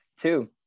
Two